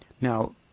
now